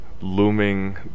looming